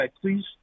please